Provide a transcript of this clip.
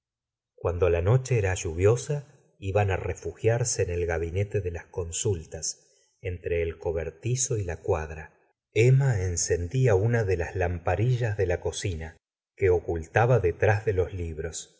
cuando la noche era lluviosa iban á refugiarse en el gabinete de las consultas entre el cobertizo y la cuadra emma encendía una de las lamparillas de la cocina que ocultaba detrás de los libros